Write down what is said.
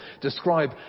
describe